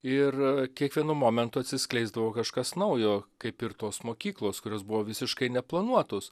ir kiekvienu momentu atsiskleisdavo kažkas naujo kaip ir tos mokyklos kurios buvo visiškai neplanuotos